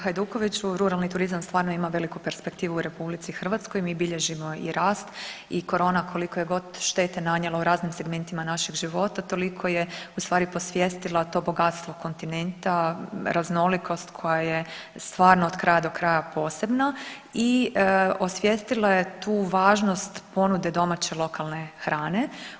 Kolega Hajdukoviću, ruralni turizam stvarno ima veliku perspektivu u RH i mi bilježimo i rast i korona koliko je god štete nanijela u raznim segmentima našeg života toliko je u stvari posvijestila to bogatstvo kontinenta, raznolikost koja je stvarno od kraja do kraja posebna i osvijestilo je tu važnost ponude domaće lokalne hrane.